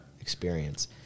experience